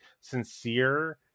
sincere